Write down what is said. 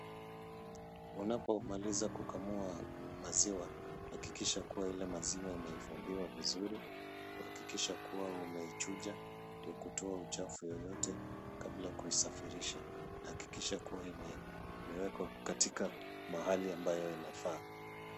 Unapomaliza kukamua maziwa hakikisha kuwa ile maziwa imehifadhiwa vizuri. Hakikisha kuwa umeichuja ndio kutoa uchafu yoyote kabla yakuisafirisha. Hakikisha imeewekwa katika mahali ambayo inafaa.